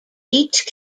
each